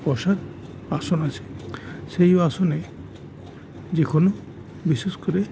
পোশাক আসন আছে সেই আসনে যে কোনো বিশেষ করে